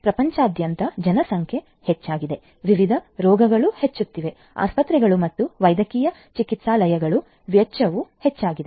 ಪ್ರಪಂಚದಾದ್ಯಂತ ಜನಸಂಖ್ಯೆಯು ವಯಸ್ಸಾಗುತ್ತಿದೆ ವಿವಿಧ ರೋಗಗಳು ಹೆಚ್ಚುತ್ತಿವೆ ಆಸ್ಪತ್ರೆಗಳು ಮತ್ತು ವೈದ್ಯಕೀಯ ಚಿಕಿತ್ಸಾಲಯಗಳ ವೆಚ್ಚವೂ ಹೆಚ್ಚುತ್ತಿದೆ